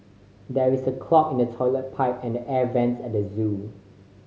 there is a clog in the toilet pipe and the air vents at the zoo